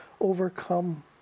overcome